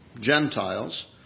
Gentiles